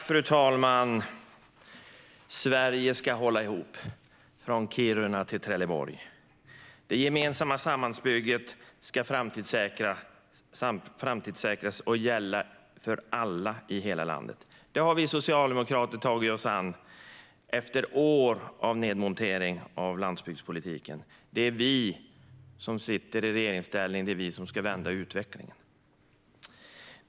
Fru talman! Sverige ska hålla ihop från Kiruna till Trelleborg. Det gemensamma samhällsbygget ska framtidssäkras och gälla alla i hela landet. Det har vi socialdemokrater tagit oss an efter år av nedmontering av landsbygdspolitiken. Det är vi som sitter i regeringsställning och ska vända utvecklingen.